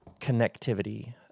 connectivity